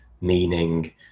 meaning